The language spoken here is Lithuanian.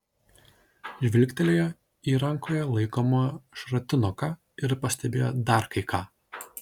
žvilgtelėjo į rankoje laikomą šratinuką ir pastebėjo dar kai ką